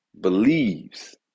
believes